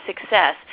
success